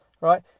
right